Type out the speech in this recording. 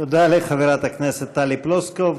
תודה לחברת הכנסת טלי פלוסקוב.